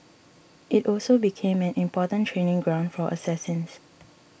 it also became an important training ground for assassins